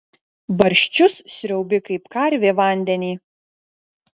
barščius sriaubi kaip karvė vandenį